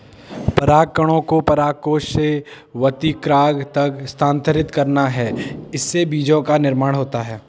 परागकणों को परागकोश से वर्तिकाग्र तक स्थानांतरित करना है, इससे बीजो का निर्माण होता है